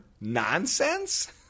nonsense